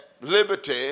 liberty